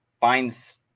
finds